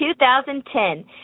2010